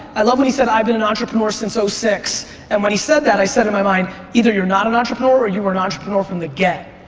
i love when he said i've been an entrepreneur since so six and when he said that i said in my mind either you're not an entrepreneur or you were an entrepreneur from the get.